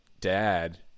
dad